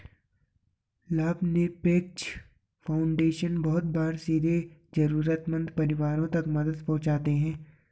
लाभनिरपेक्ष फाउन्डेशन बहुत बार सीधे जरूरतमन्द परिवारों तक मदद पहुंचाते हैं